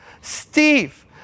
Steve